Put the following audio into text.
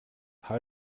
how